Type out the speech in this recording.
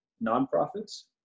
non-profits